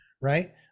right